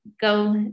go